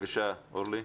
בבקשה אורלי.